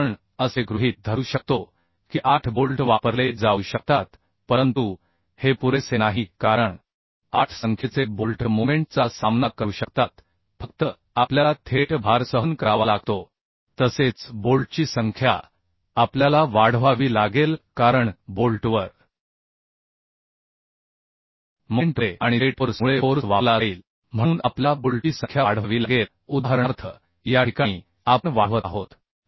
तर आपण असे गृहीत धरू शकतो की 8 बोल्ट वापरले जाऊ शकतात परंतु हे पुरेसे नाही कारण 8 संख्येचे बोल्ट मोमेंट चा सामना करू शकतात फक्त आपल्याला थेट भार सहन करावा लागतो तसेच बोल्टची संख्या आपल्याला वाढवावी लागेल कारण बोल्टवर मोमेंट मुळे आणि थेट फोर्स मुळे फोर्स वापरला जाईल म्हणून आपल्याला बोल्टची संख्या वाढवावी लागेल उदाहरणार्थ या ठिकाणी आपण वाढवत आहोत